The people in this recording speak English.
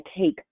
take